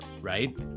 Right